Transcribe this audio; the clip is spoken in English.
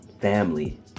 family